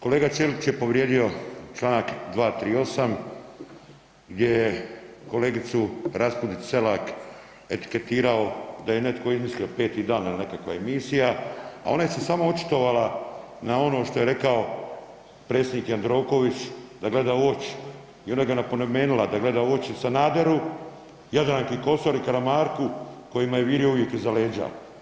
Kolega Ćelić je povrijedio Članak 238. gdje je kolegicu Raspudić Selak etiketirao da je netko izmislio 5-ti dan il nekakva emisija, a ona je se samo očitovala na ono što je rekao predsjednik Jandroković, da gleda u oči i onda ga napomenula da gleda u oči Sanaderu, Jadranki Kosor i Karamarku kojima je virio uvijek iza leđa.